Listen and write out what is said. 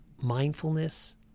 mindfulness